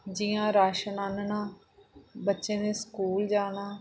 जि'यां राशन आह्नना बच्चें दे स्कूल जाना